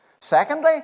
Secondly